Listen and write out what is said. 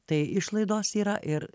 tai išlaidos yra ir